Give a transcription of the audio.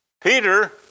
Peter